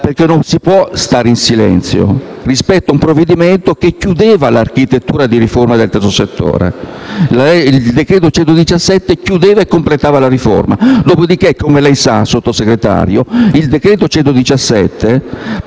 perché non si può stare in silenzio rispetto a un provvedimento che chiudeva l'architettura di riforma del terzo settore. Il decreto legislativo n. 117 del 2017 chiudeva e completava la riforma. Dopodiché, come lei sa, Sottosegretario, quel decreto